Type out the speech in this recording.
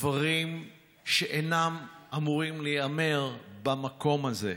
דברים שאינם אמורים להיאמר במקום הזה,